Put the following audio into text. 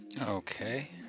Okay